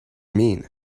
mean